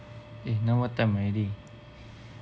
eh now what time already